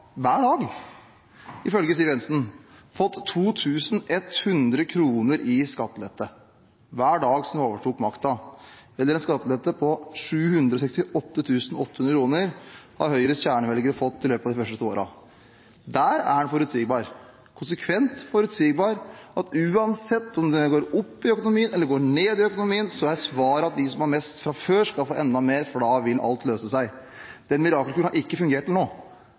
hver dag siden de overtok makten, eller en skattelette på 768 800 kr i løpet av de første to årene. Der er en konsekvent forutsigbar: Uansett om det går opp i økonomien, eller om det går ned i økonomien, er svaret at de som har mest fra før, skal få enda mer, for da vil alt løse seg. Den mirakelkuren har ikke fungert til nå.